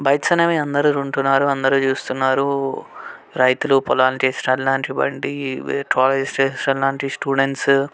bikes అనేవి అందరూ కొంటున్నారు అందరూ చూస్తున్నారు రైతులు పొలానికి లాంటి బండి కాలేజ్ డేస్ లాంటి స్టూడెంట్స్